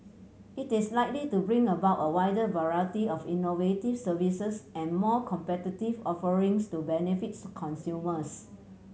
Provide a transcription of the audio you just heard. it is likely to bring about a wider variety of innovative services and more competitive offerings to benefits consumers